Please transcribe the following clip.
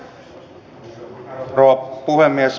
arvoisa rouva puhemies